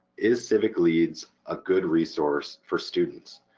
is civicleads a good resource for students?